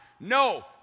No